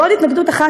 ועוד התנגדות אחת,